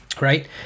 Right